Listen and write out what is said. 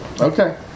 Okay